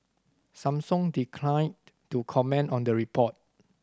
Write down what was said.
Samsung declined to comment on the report